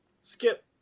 Skip